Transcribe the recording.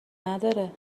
نداره